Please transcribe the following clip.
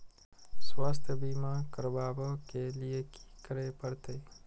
स्वास्थ्य बीमा करबाब के लीये की करै परतै?